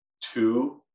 two